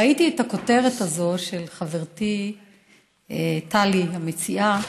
ראיתי את הכותרת הזאת של חברתי טלי, המציעה,